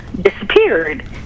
disappeared